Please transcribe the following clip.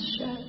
shut